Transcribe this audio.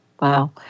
Wow